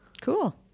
cool